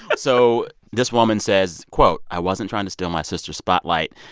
but so this woman says, quote, i wasn't trying to steal my sister's spotlight.